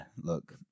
look